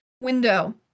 window